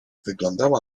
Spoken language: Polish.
wyglądała